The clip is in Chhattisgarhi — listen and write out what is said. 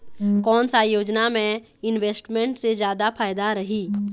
कोन सा योजना मे इन्वेस्टमेंट से जादा फायदा रही?